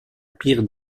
pire